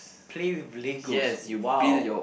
play with Legos !wow!